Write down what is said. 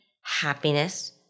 happiness